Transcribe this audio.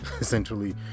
essentially